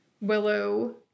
Willow